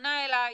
פונה אליי